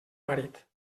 marit